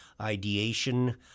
ideation